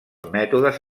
mètodes